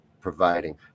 providing